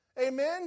Amen